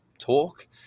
Talk